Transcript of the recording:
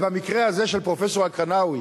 ובמקרה הזה של פרופסור אל-קרינאווי,